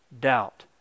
doubt